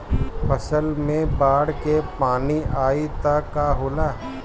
फसल मे बाढ़ के पानी आई त का होला?